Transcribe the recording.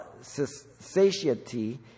satiety